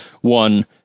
one